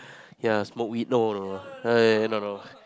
ya smoke weed no no no try uh no no